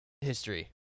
history